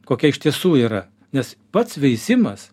kokia iš tiesų yra nes pats veisimas